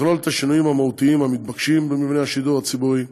שתכלול את השינויים המהותיים המתבקשים במבנה השידור הציבורי,